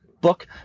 book